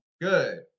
Good